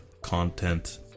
content